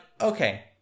okay